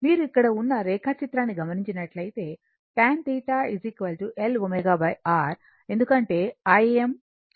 మీరు ఇక్కడ ఉన్న రేఖాచిచిత్రాన్ని గమనించినట్లైతే tan θ L ω R ఎందుకంటే Im Im రద్దు చేయబడుతుంది